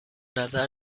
نظر